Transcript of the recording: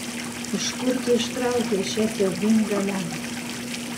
iš kur tu ištraukei šią siaubingą lentą